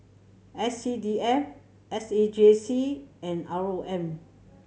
S C D F S A J C and R O M